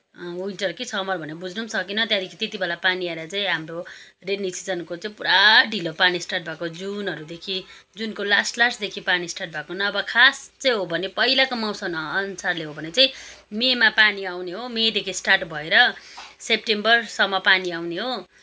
winter कि summer भनेर बुझ्नु पनि सकिनँ त्यहाँदेखि त्यति बेला पानी आएर चाहिँ हाम्रो रेनी सिजनको चाहिँ पुरा ढिलो पानी स्टार्ट भएको जुनहरूदेखि जुनको लास्ट लास्टदेखि पानी स्टार्ट भएको नभए खास चाहिँ हो भने पहिलाको मौसम अनुसारले हो भने चाहिँ मेमा पानी आउने हो मेदेखि स्टार्ट भएर सेप्टेम्बरसम्म पानी आउने हो